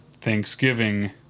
Thanksgiving